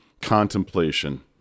contemplation